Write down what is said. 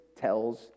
tells